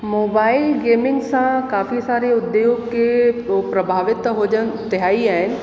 mobile gaming सां काफ़ी सारे उद्योग खे प्रभावित त हुजनि तिहाई आहे